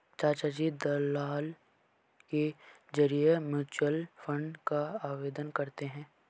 चाचाजी दलाल के जरिए म्यूचुअल फंड का आवेदन करते हैं